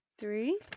three